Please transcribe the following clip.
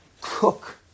cook